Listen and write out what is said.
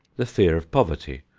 the fear of poverty,